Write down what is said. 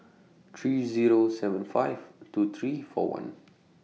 three Zero seven five two three four one